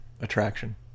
Attraction